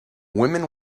woman